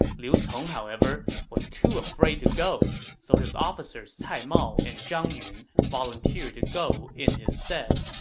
liu cong, however, was too afraid to go, so his officers cai mao and zhang yun volunteered to go in his stead